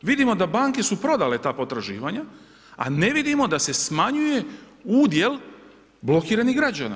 Vidimo da banke su prodala ta potraživanja, a ne vidimo da se smanjuje udjel blokiranih građana.